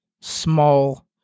small